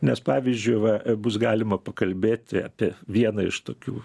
nes pavyzdžiui va bus galima pakalbėti apie vieną iš tokių